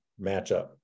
matchup